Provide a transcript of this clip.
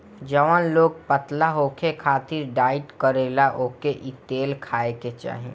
जवन लोग पतला होखे खातिर डाईट करेला ओके इ तेल खाए के चाही